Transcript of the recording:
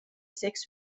sex